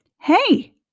Hey